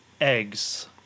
Eggs